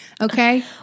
Okay